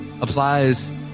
applies